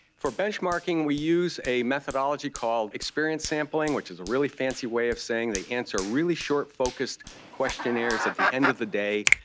for benchmarking we use a methodology called experience sampling, which is a really fancy way of saying they answer really short, focused questionnaires at the end of the day,